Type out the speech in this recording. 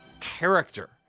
character